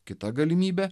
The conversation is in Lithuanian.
kita galimybė